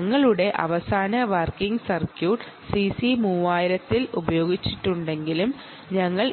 ഞങ്ങളുടെ working circuit CC3000 ൽ ഉപയോഗിച്ചിട്ടുണ്ടെങ്കിലും ഞങ്ങൾ